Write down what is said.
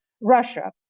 Russia